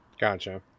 Gotcha